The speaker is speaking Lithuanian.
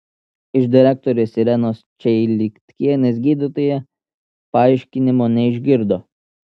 iš direktorės irenos čeilitkienės gydytoja paaiškinimo neišgirdo